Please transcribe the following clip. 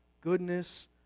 goodness